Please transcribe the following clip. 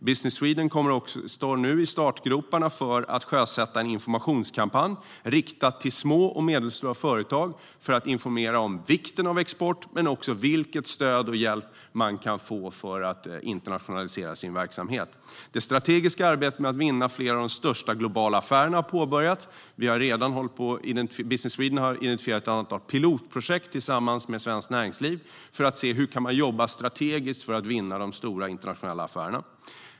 Business Sweden står nu också i startgroparna för att sjösätta en informationskampanj riktad till små och medelstora företag för att informera om vikten av export och vad för stöd och hjälp man kan få för att internationalisera sin verksamhet. Det strategiska arbetet med att vinna fler av de största globala affärerna har påbörjats, och Business Sweden har tillsammans med Svenskt Näringsliv redan identifierat ett antal pilotprojekt för att se hur man kan jobba strategiskt för att vinna de stora internationella affärerna.